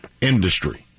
industry